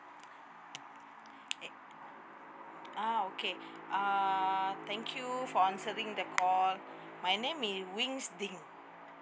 ah okay uh thank you for answering the call my name in wings ding